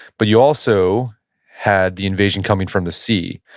but you also had the invasion coming from the sea.